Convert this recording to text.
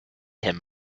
him